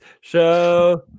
show